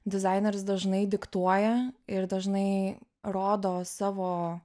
dizaineris dažnai diktuoja ir dažnai rodo savo